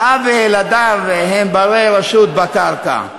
האב וילדיו הם בני-רשות בקרקע,